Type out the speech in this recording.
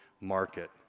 Market